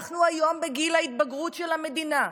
אנחנו היום בגיל ההתבגרות של המדינה.